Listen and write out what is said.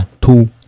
two